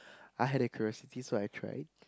I had a curiosity so I tried